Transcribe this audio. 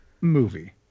movie